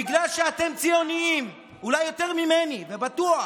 בגלל שאתם ציונים, אולי יותר ממני, ובטוח